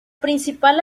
principal